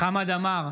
חמד עמאר,